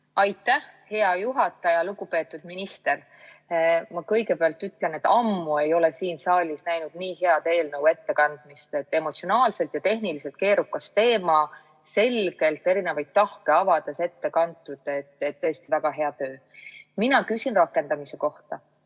hea juhataja! Lugupeetud minister! Ma kõigepealt ütlen, et ammu ei ole ma siin saalis näinud nii head eelnõu ettekandmist. Emotsionaalselt ja tehniliselt keerukas teema oli selgelt, erinevaid tahke avades ette kantud. Tõesti väga hea töö! Mina küsin rakendamise kohta.